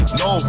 no